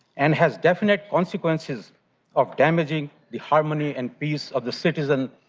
and has definite consequences of damaging the harmony and peace of the citizens,